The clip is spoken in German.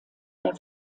der